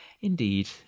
Indeed